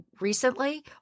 recently